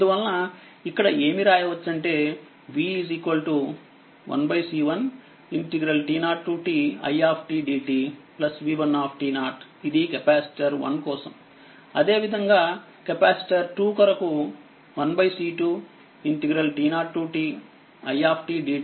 అందువలన ఇక్కడ ఏమి రాయవచ్చంటే v 1C1t0ti dt v1 ఇది కెపాసిటర్ 1 కోసం అదేవిధంగాకెపాసిటర్2 కొరకు 1C2t0ti dt v2